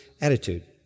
attitude